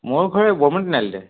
মোৰ ঘৰ এই বৰ্মণ তিনিআলিতে